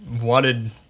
wanted